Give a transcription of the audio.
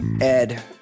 Ed